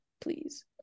please